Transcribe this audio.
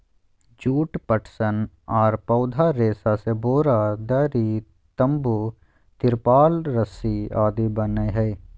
जुट, पटसन आर पौधा रेशा से बोरा, दरी, तंबू, तिरपाल रस्सी आदि बनय हई